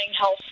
health